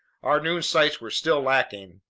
our noon sights were still lacking.